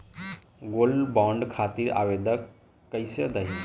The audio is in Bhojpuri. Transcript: गोल्डबॉन्ड खातिर आवेदन कैसे दिही?